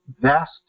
vast